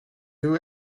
will